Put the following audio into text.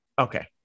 Okay